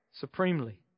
supremely